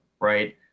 right